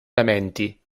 elementi